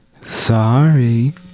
sorry